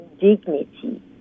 dignity